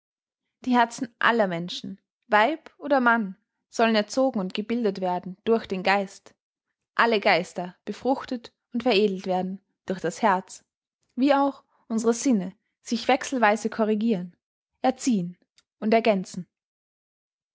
die herzen aller menschen weib oder mann sollen erzogen und gebildet werden durch den geist alle geister befruchtet und veredelt werden durch das herz wie auch unsere sinne sich wechselsweise corrigiren erziehen und ergänzen